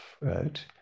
right